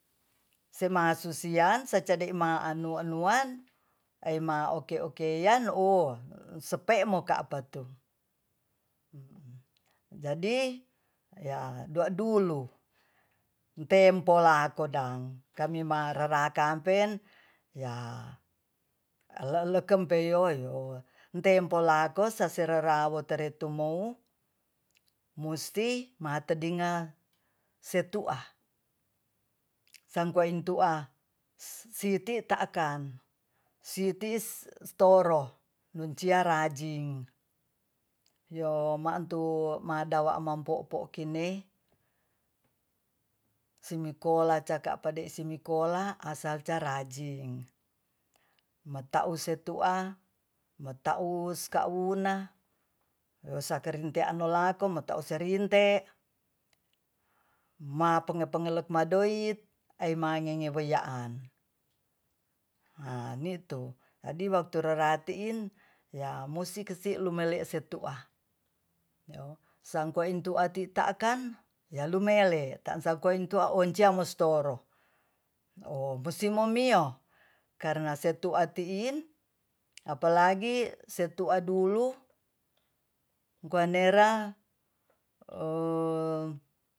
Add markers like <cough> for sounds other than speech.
<noise> sema'susian sacadima ane manu'mauan aima oke-oke <noise> yan o sece'mo apa'tu jadi ya dua'dulu tempo lakodang kami marara kampen ya ele-elekempe yoyo tempolakos sasererawo tere tumou musti <noise> matedingga setu'a sangkoing tu'a sit'ti ta'kan sitis toro nuncia rajing yo mantu madawa mampo'po kinei simikola caka pade simikola asalca rajing mata'use tu'a mata'u skauna wesakarinte anolako matao serinte mapengelep-pengelep madoid aimanggenge wiyaan ni'tu jadi waktu rora ti'in ya musi kesilumele setu'a sangkoingtuati ta'kan yalumele ta'ansokiauwan monstoro musimomio karna setua ti'in apalagi setu'a dulu kuaner <hesitation>